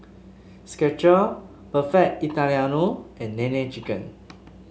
Skecher Perfect Italiano and Nene Chicken